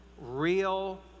real